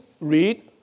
read